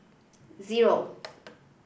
zero